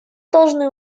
должны